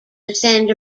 descend